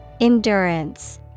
Endurance